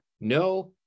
no